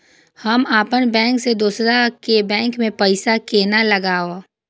हम अपन बैंक से दोसर के बैंक में पैसा केना लगाव?